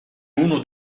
uno